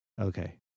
Okay